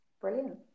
brilliant